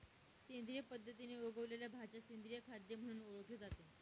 सेंद्रिय पद्धतीने उगवलेल्या भाज्या सेंद्रिय खाद्य म्हणून ओळखले जाते